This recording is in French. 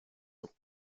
eaux